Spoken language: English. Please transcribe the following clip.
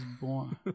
Born